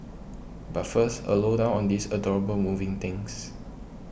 but first a low down on these adorable moving things